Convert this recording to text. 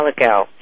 ago